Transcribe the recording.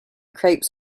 crepes